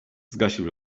zgasił